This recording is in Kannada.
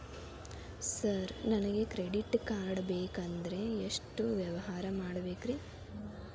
ಸರ್ ನನಗೆ ಕ್ರೆಡಿಟ್ ಕಾರ್ಡ್ ಬೇಕಂದ್ರೆ ಎಷ್ಟು ವ್ಯವಹಾರ ಮಾಡಬೇಕ್ರಿ?